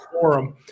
forum